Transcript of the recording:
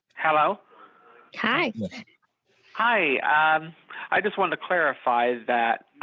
hello hi hi ah um i just want to clarify that